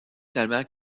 finalement